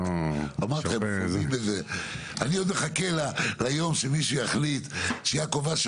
אני עוד מחכה ליום שמישהו יחליט שיעקב אשר